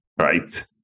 right